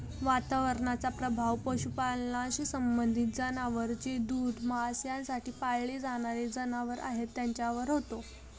वातावरणाचा प्रभाव पशुपालनाशी संबंधित जनावर जे दूध, मांस यासाठी पाळले जाणारे जनावर आहेत त्यांच्यावर होतो